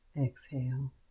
exhale